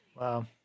Wow